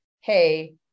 hey